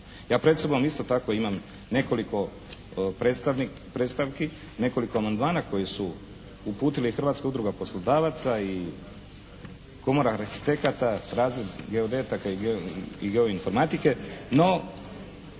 Ja pred sobom isto tako imam nekoliko predstavki, nekoliko amandmana koji su uputili Hrvatska udruga poslodavaca i Komora arhitekata, razred geodeta i geoinformatike no